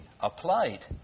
applied